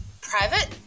private-